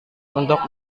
untuk